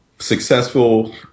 Successful